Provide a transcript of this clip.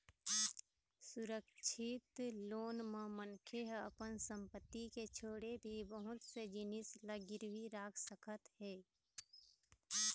सुरक्छित लोन म मनखे ह अपन संपत्ति के छोड़े भी बहुत से जिनिस ल गिरवी राख सकत हे